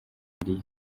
syria